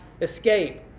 escape